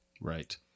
Right